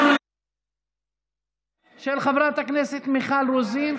אנחנו עוברים להצעת החוק של חברת הכנסת מיכל רוזין,